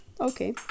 Okay